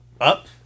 up